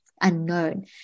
unknown